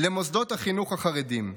למוסדות החינוך החרדיים.